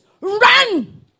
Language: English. run